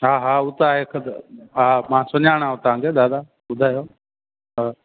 हा हा उहो त आहे मां सुञाणांव तव्हांजो दादा ॿुधायो हा